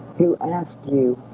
who asked you?